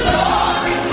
Glory